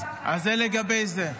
אז זה לגבי זה.